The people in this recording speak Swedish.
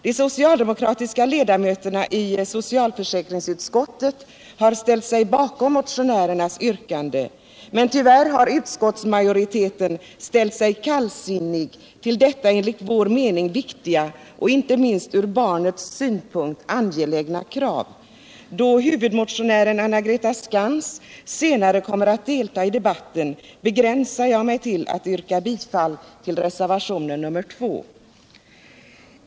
De socialdemokratiska ledamöterna i socialförsäkringsutskottet har ställt sig bakom motionärernas yrkande, men tyvärr har utskottsmajoriteten ställt sig kallsinnig till detta enligt vår mening viktiga och inte minst ur barnets synpunkt angelägna krav. Då huvudmotionären Anna-Greta Skantz senare kommer att delta i debatten begränsar jag mig till att yrka bifall till reservationen 2.